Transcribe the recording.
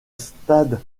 stade